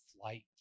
flight